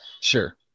sure